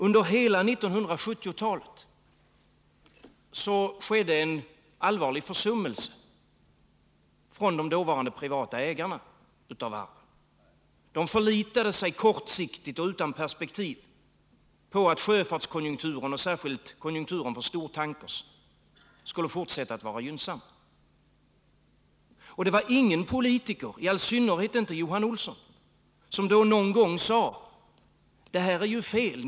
Under 1970-talet skedde en allvarlig försummelse från de dåvarande privata ägarna av varven. De förlitade sig kortsiktigt och utan perspektiv på att sjöfartskonjunkturen och särskilt konjunkturen för stortankers skulle fortsätta att vara gynnsam. Och det var ingen politiker, i all synnerhet inte Johan Olsson, som då någon gång sade: Det här är ju fel.